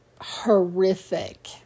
horrific